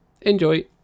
Enjoy